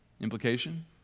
Implication